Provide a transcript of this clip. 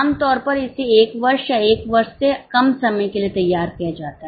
आमतौर पर इसे एक वर्ष या एक वर्ष से कम समय के लिए तैयार किया जाता है